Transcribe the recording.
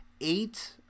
eight